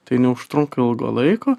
tai neužtrunka ilgo laiko